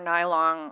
Nylon